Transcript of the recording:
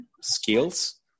skills